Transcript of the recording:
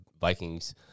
Vikings